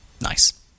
Nice